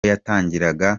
yatangiraga